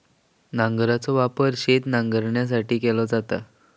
नांगराचो वापर शेत नांगरुसाठी केलो जाता